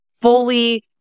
fully